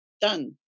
done